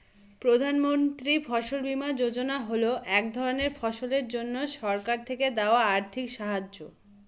প্রধান মন্ত্রী ফসল বীমা যোজনা হল এক ধরনের ফসলের জন্যে সরকার থেকে দেওয়া আর্থিক সাহায্য